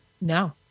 No